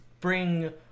bring